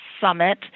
summit